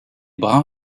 brun